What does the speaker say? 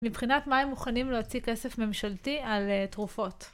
מבחינת מה הם מוכנים להוציא כסף ממשלתי על תרופות?